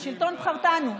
"לשלטון בחרתנו.